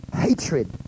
Hatred